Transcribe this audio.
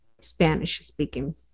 spanish-speaking